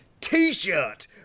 t-shirt